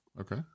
Okay